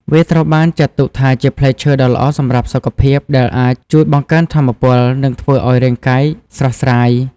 វាត្រូវបានចាត់ទុកថាជាផ្លែឈើដ៏ល្អសម្រាប់សុខភាព ដែលអាចជួយបង្កើនថាមពល និងធ្វើឲ្យរាងកាយស្រស់ស្រាយ។